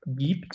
gibt